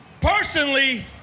Personally